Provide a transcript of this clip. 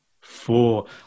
Four